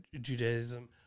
Judaism